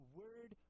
word